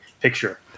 picture